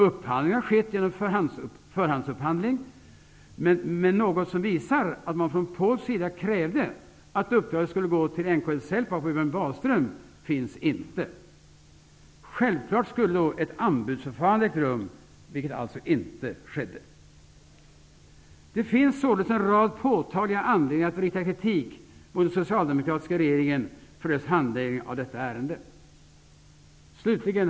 Upphandlingen har skett genom förhandsupphandling, men något som visar att man från polsk sida krävde att uppdraget skulle gå till NLK-Celpap och Björn Wahlström finns inte. Självklart skulle då ett anbudsförfarande ha ägt rum, vilket alltså inte skedde. Det finns således en rad påtagliga anledningar att rikta kritik mot den socialdemokratiska regeringen för dess handläggning av detta ärende. Herr talman!